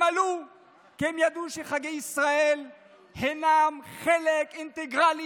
הם עלו כי הם ידעו שחגי ישראל הם חלק אינטגרלי,